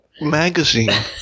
Magazine